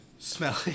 smelly